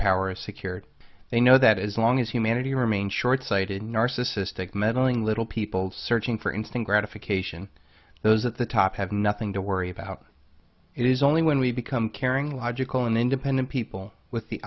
power is secured they know that as long as humanity remain short sighted narcissistic meddling little people searching for instant gratification those at the top have nothing to worry about it is only when we become caring logical and independent people with the